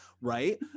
right